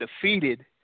defeated